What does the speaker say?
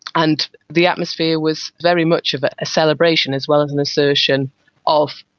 and the atmosphere was very much of a celebration as well as an assertion of,